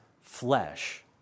flesh